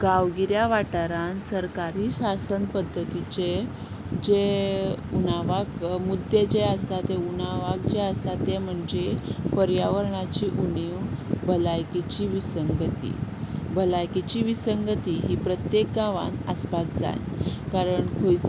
गांवगिऱ्या वाठारान सरकारी शासन पद्दतीचे जे उणावाक मुद्दे जे आसा ते उणावाक जे आसा ते म्हणजे पर्यावरणाची उणीव भलायकेची विसंगती भलायकेची विसंगती ही प्रत्येक गांवांत आसपाक जाय कारण खंय